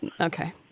Okay